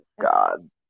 God